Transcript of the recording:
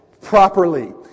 Properly